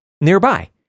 nearby